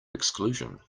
exclusion